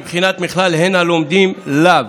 בבחינת מכלל הן לומדים לאו,